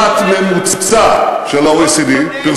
לעומת הממוצע של ה-OECD, לא קונה את המספר הזה.